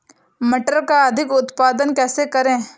मटर का अधिक उत्पादन कैसे करें?